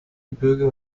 gebirge